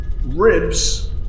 ribs